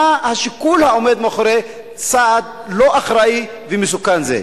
מה השיקול העומד מאחורי צעד לא אחראי ומסוכן זה?